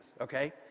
okay